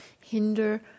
hinder